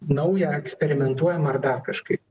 nauja eksperimentuojama ar dar kažkaip